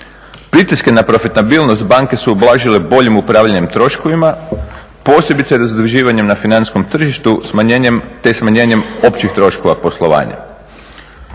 Pritiske na profitabilnost banke su ublažile boljim upravljanjem troškovima, posebice …/Govornik se ne razumije…/… na financijskom tržištu, te smanjenjem općih troškova poslovanja.